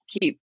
keep